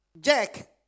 jack